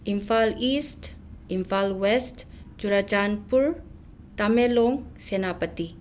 Imphal east Imphal west Churachandpur Tamenglong Senapati